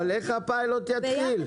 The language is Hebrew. אבל איך הפיילוט יתחיל?